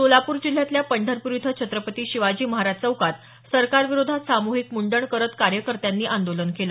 सोलापूर जिल्ह्यातल्या पंढरपूर इथं छत्रपती शिवाजी महाराज चौकात सरकार विरोधात सामूहिक मुंडण करत कार्यकर्त्यांनी आंदोलन केलं